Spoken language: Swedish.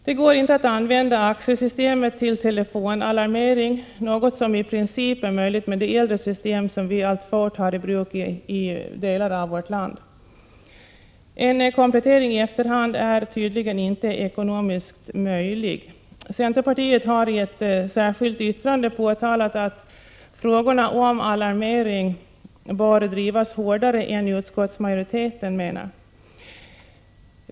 Det går inte att använda AXE-systemet för telefonalarmering, något som i princip är möjligt med det äldre system som vi alltfort har i bruk i delar av vårt land. En komplettering i efterhand är tydligen inte ekonomiskt möjlig. Centerpartiet har i ett särskilt yttrande påtalat att frågorna om alarmering bör drivas hårdare än utskottsmajoriteten menar.